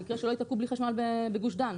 למקרה שלא יתקעו בלי חשמל בגוש דן,